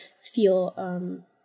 feel